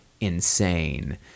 insane